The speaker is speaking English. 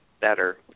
better